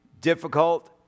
difficult